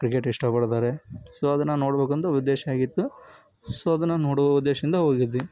cricket ಇಷ್ಟಪಡ್ತಾರೆ so ಅದನ್ನು ನೋಡಬೇಕಂತ ಉದ್ದೇಶ ಆಗಿತ್ತು ಸೊ ಅದನ್ನು ನೋಡೋ ಉದ್ದೇಶದಿಂದ ಹೋಗಿದ್ವಿ